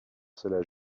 cela